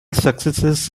successes